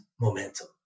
momentum